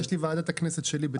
יש לי ועדת הכנסת שלי ב-9:30.